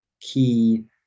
key